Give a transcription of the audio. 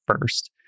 first